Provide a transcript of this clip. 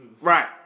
Right